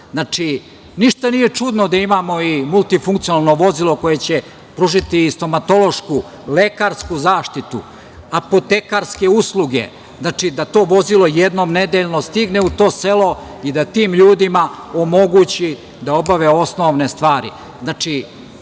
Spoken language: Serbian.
rasuta. Znači, ništa nije čudno da imamo i multifunkcionalno vozilo koje će pružiti i stomatološku, lekarsku zaštitu, apotekarske usluge da to vozilo jednom nedeljno stigne u to selo i da tim ljudima omogući da obave osnovne stvari.